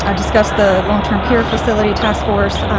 ah discuss the long term care facility task force.